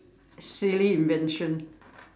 silly invention